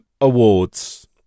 awards